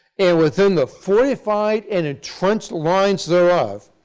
and within the fortified and intrenched lines thereof,